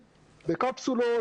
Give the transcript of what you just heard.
בקפסולות,